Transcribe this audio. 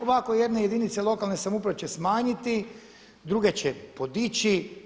Ovako jedne jedinice lokalne samouprave će smanjiti, druge će podići.